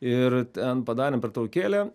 ir ten padarėm pertraukėlę